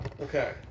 Okay